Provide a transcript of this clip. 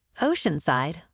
Oceanside